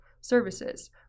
services